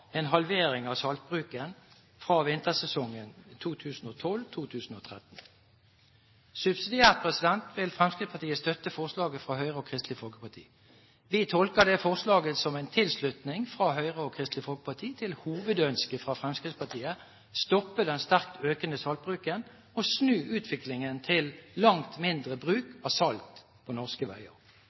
en halvering av saltbruken fra vintersesongen 2012/2013. Subsidiært vil Fremskrittspartiet støtte forslaget fra Høyre og Kristelig Folkeparti. Vi tolker det forslaget som en tilslutning fra Høyre og Kristelig Folkeparti til hovedønsket fra Fremskrittspartiet: å stoppe den sterkt økende saltbruken og snu utviklingen til langt mindre bruk av salt på norske veier.